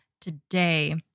today